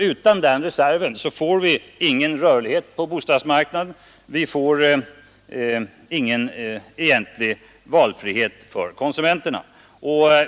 Utan den reserven får vi ingen rörlighet på bostadsmarknaden och ingen reell valfrihet för konsumenterna.